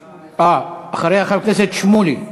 אה, אחריה חבר הכנסת שמולי.